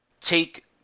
take